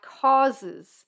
causes